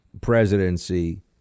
presidency